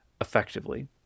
effectively